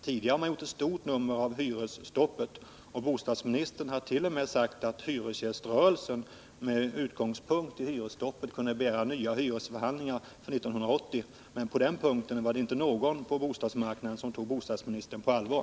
Tidigare har man gjort ett stort nummer av hyresstoppet, och bostadsministern har t.o.m. sagt att hyresgäströrelsen med utgångspunkt i hyresstoppet kunde begära nya hyresförhandlingar för 1980. På den punkten var det inte någon på bostadsmarknaden som, tog bostadsministern på allvar.